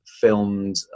filmed